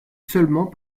seulement